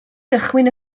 gychwyn